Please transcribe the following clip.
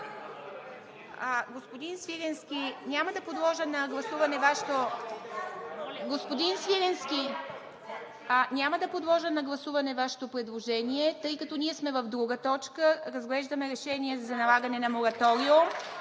Господин Свиленски, няма да подложа на гласуване Вашето предложение, тъй като ние сме в друга точка – разглеждаме Решение за налагане на мораториум.